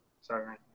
Sorry